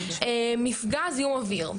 מפגע זיהום אוויר,